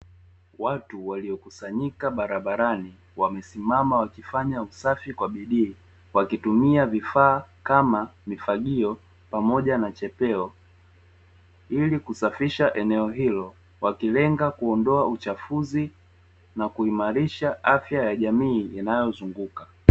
Watu waliokusanyika barabarani, wamesimama wakifanya usafi kwa bidii, wakitumia vifaa kama mifagio pamoja na chepeo, ili kusafisha eneo hilo, wakilenga kuondoa uchafuzi, na kuimarisha afya ya jamii inayowazunguka.